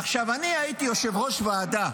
עכשיו, אני הייתי יושב-ראש ועדה,